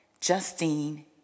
Justine